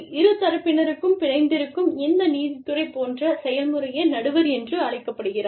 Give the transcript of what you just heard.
இரு தரப்பினருக்கும் பிணைந்திருக்கும் இந்த நீதித்துறை போன்ற செயல்முறையே நடுவர் என்று அழைக்கப்படுகிறார்